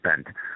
spent